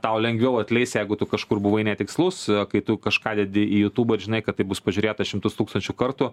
tau lengviau atleis jeigu tu kažkur buvai netikslus kai tu kažką dedi į jutubą ir žinai kad tai bus pažiūrėta šimtus tūkstančių kartų